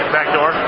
Backdoor